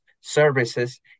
services